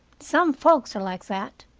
some folks're like that.